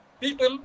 people